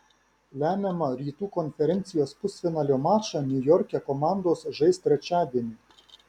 lemiamą rytų konferencijos pusfinalio mačą niujorke komandos žais trečiadienį